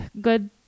good